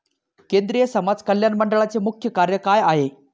केंद्रिय समाज कल्याण मंडळाचे मुख्य कार्य काय आहे?